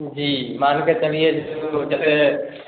जी मान के चलिए